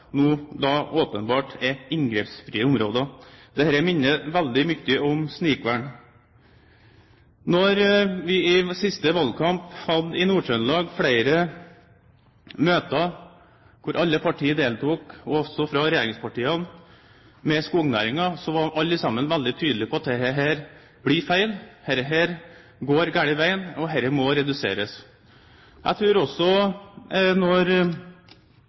åpenbart er inngrepsfrie områder. Dette minner veldig mye om snikvern. Når vi i siste valgkamp hadde flere møter med skognæringen i Nord-Trøndelag – hvor alle partiene deltok, også regjeringspartiene – så var alle sammen veldig tydelige på at dette blir feil, dette går gal vei og dette må reduseres. Jeg tror heller ikke, når